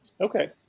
Okay